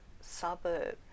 suburb